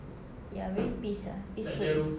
ya very peace ah peaceful